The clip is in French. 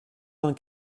vingt